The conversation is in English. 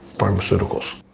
pharmaceuticals.